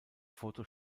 foto